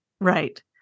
right